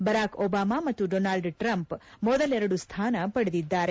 ಬರಾಕ್ Obama ಮತ್ತು Donald Trump ಮೊದಲೆರಡು ಸ್ಥಾನ ಪಡೆದಿದ್ದಾರೆ